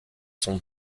sont